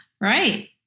right